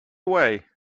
away